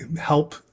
help